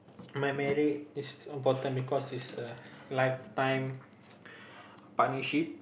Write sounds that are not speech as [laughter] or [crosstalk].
my marriage is important because it is a lifetime [breath] partnership